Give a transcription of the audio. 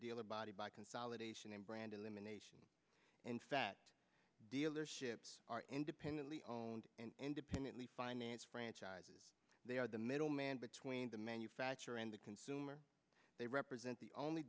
dealer body by consolidation and brand elimination in fact dealerships are independently owned independently finance franchises they are the middleman between the manufacturer and the consumer they represent the only